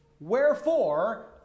Wherefore